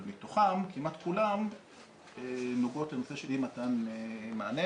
אבל מתוכן כמעט כולן נוגעות לנושא של אי מתן מענה.